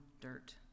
dirt